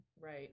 Right